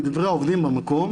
לדברי העובדים במקום